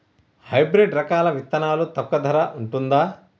Hybrid రకాల విత్తనాలు తక్కువ ధర ఉంటుందా?